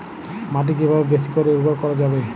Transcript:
মাটি কিভাবে বেশী করে উর্বর করা যাবে?